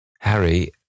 Harry